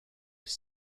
with